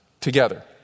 together